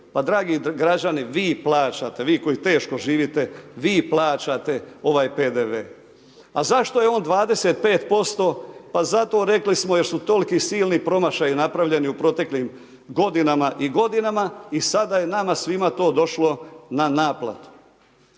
dragi građani, vi plaćate, vi koji teško živite, vi plaćate ovaj PDV. A zašto je on 25%? Pa zato, rekli smo jer su toliki silni promašaji napravljeni u proteklim godinama i godinama i sada je nama svima to došlo na naplatu.